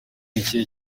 ikihe